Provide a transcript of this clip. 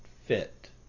fit